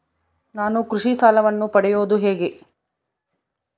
ನಾನು ಕೃಷಿ ಸಾಲವನ್ನು ಪಡೆಯೋದು ಹೇಗೆ?